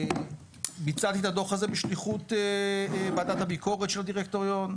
ביצעתי את הדוח הזה בשליחות ועדת הביקורת של הדירקטוריון.